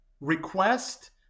request